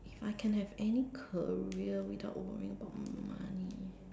if I can have any career without worrying about money